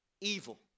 evil